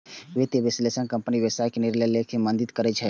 वित्तीय विश्लेषक कंपनी के व्यावसायिक निर्णय लए मे मदति करै छै